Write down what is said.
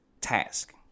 task